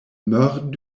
meurt